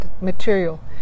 material